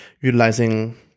utilizing